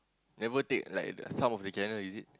never take like the some of the channel is it